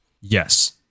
Yes